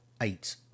eight